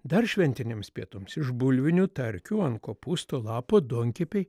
dar šventiniams pietums iš bulvinių tarkių ant kopūsto lapo duonkepėj